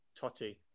Totti